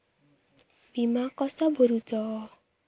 विमा कसो भरूचो?